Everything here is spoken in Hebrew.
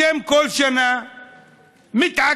אתם כל שנה מתעקשים,